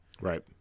Right